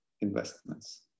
investments